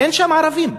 אין שם ערבים,